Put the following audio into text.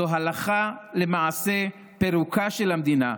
זו הלכה למעשה פירוקה של המדינה.